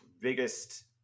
biggest